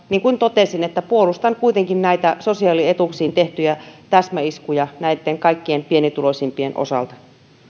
niin kuin totesin puolustan kuitenkin näitä sosiaalietuuksiin tehtyjä täsmäiskuja kaikkein pienituloisimpien osalta